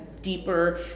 deeper